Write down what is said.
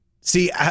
see